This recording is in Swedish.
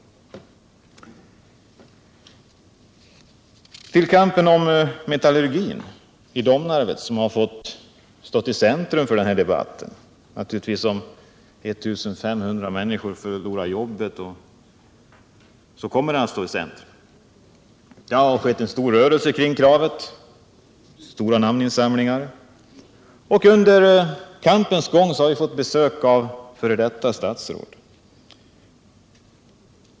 Så till kampen om metallurgin i Domnarvet, som har fått stå i centrum för den här debatten. Om 1 500 människor förlorar jobben kommer naturligtvis den frågan att stå i centrum. Det har varit en stor rörelse kring arbetarnas krav att få behålla jobben. Det har gjorts stora namninsamlingar, och under kampens gång har vi fått besök av f. d. statsråd.